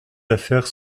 affaires